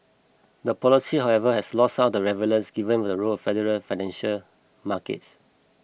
the policy however has lost some of its relevance given the role of the Federal financial markets